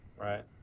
right